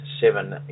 seven